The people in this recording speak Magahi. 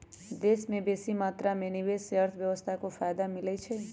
देश में बेशी मात्रा में निवेश से अर्थव्यवस्था को फयदा मिलइ छइ